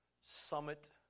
summit